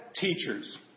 teachers